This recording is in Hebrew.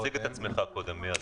חברים.